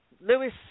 Lewis